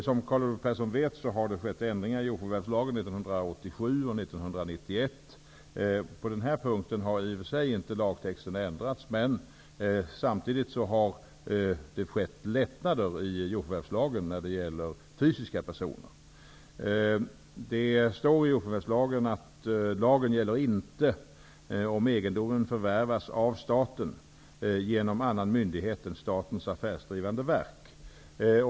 Som Carl Olov Persson vet skedde det förändringar i jordförvärslagen 1987 och 1991. På den punkten har i och för sig inte lagtexten ändrats. Men samtidigt har det skett lättnader i jordförvärvslagen när det gäller fysiska personer. Det står i jordförvärvslagen att lagen gäller inte om egendomen förvärvas av staten genom annan myndighet än statens affärsdrivande verk.